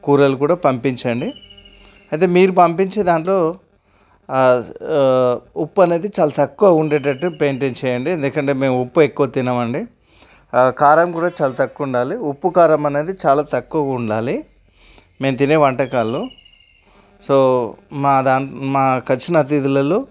కూరలు కూడా పంపించండి అదే మీరు పంపించిన దాంట్లో ఉప్పు అనేది చాలా తక్కువ ఉండేటట్టు మెయిన్టైన్ చేయండి ఎందుకంటే మేము ఉప్పు ఎక్కువ తినమండి కారం కూడా చాలా తక్కువ ఉండాలి ఉప్పు కారం అనేది చాలా తక్కువ ఉండాలి మేము తినే వంటకాల్లో సో మా దాం మాకు వచ్చిన అతిధులల్లో